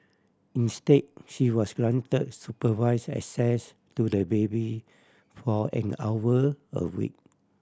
instead she was granted supervised access to the baby for an hour a week